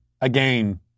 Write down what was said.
again